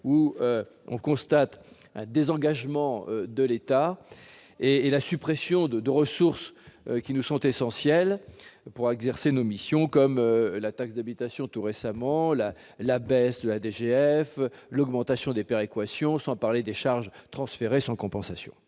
où l'on constate un désengagement de l'État et la suppression de ressources qui nous sont essentielles pour exercer nos missions, telles que la taxe d'habitation tout récemment, la baisse de la DGF, l'augmentation des péréquations, sans parler des charges transférées sans compensation.